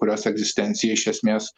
kurios egzistencija iš esmės